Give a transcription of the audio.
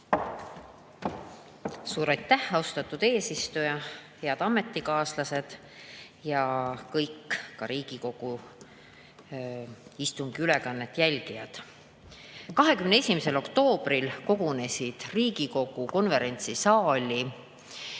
Suur aitäh, austatud eesistuja! Head ametikaaslased ja kõik Riigikogu istungi ülekande jälgijad! 21. oktoobril kogunes Riigikogu konverentsisaali